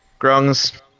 grungs